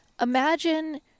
imagine